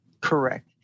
Correct